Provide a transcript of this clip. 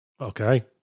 Okay